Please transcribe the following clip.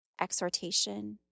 exhortation